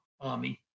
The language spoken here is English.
army